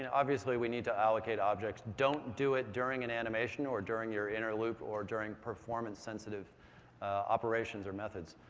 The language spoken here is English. and obviously, we need to allocate objects. don't do it during an animation or during your interloop or during performance-sensitive operations or methods